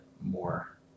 more